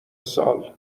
سال